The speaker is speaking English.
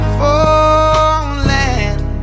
falling